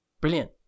brilliant